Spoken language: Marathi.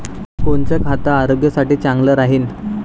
कोनचं खत आरोग्यासाठी चांगलं राहीन?